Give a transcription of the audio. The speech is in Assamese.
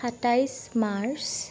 সাতাইছ মাৰ্চ